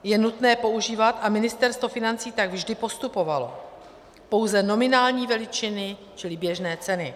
Je nutné používat, a Ministerstvo financí tak vždy postupovalo, pouze nominální veličiny čili běžné ceny.